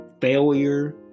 failure